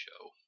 show